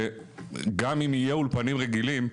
שגם אם יהיו אולפנים רגילים,